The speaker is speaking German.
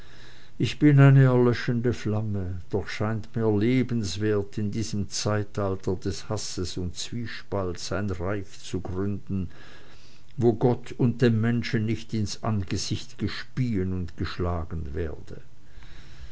ich bin eine erlöschende flamme doch scheint mir lebenswert in diesem zeitalter des hasses und zwiespalts ein reich zu gründen wo gott und dem menschen nicht ins angesicht gespieen und geschlagen werde